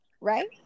right